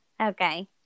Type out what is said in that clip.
Okay